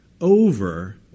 over